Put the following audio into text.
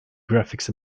graphics